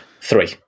Three